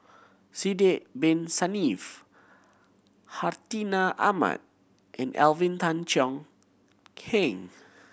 Sidek Bin Saniff Hartinah Ahmad and Alvin Tan Cheong Kheng